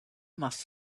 must